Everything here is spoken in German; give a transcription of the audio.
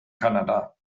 kanada